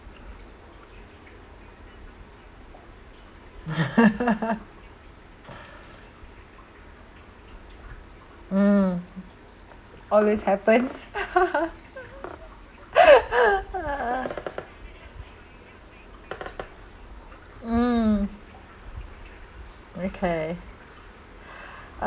mm always happens mm okay